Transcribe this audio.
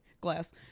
glass